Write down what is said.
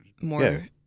More